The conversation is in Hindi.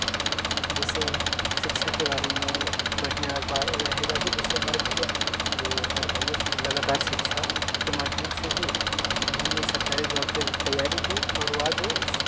जैसे शिक्षा के बारे में बढ़िया उपाय रहेगा कि जैसे हमारे भैया हैं तो हमारे भैया से लगातार शिक्षा के माध्यम से ही उन्होंने सरकारी जॉब के तैयारी की और वह आज ओ उस